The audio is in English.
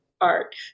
art